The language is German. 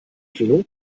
kino